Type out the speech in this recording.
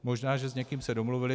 Možná že s někým se domluvili.